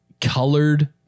Colored